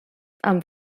amb